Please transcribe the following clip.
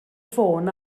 ffôn